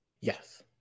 Yes